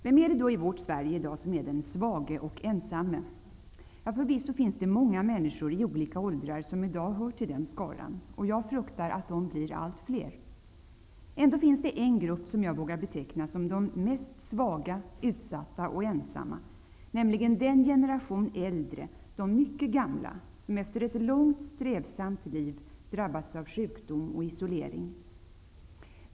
Vem är det då i vårt Sverige i dag som är den svage och ensamme? Det finns förvisso många människor i olika åldrar som i dag hör till den skaran, och jag fruktar att de blir allt fler. Ändock finns det en grupp som jag vågar beteckna som den mest svaga, utsatta och ensamma -- nämligen den generation äldre, de mycket gamla, som efter ett långt strävsamt liv har drabbats av sjukdom och isolering.